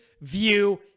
view